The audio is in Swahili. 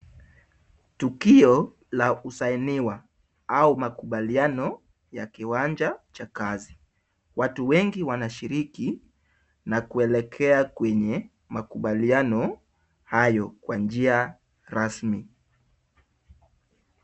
Tukio la kusigniwa au makubaliano ya kiwanja cha kazi, watu wengi wanashiriki na kuelekea kwenye makubaliano hayo kwa njia rasmi.